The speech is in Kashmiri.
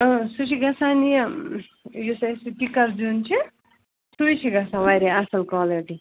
سُہ چھُ گَژھان یہِ یُس اَسہِ کِکَر زیُن چھِ سُے چھِ گَژھان واریاہ اَصٕل کالِٹی